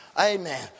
Amen